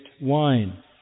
wine